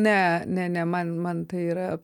ne ne ne man man tai yra